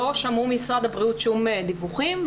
לא שמעו ממשרד הבריאות שום דיווחים.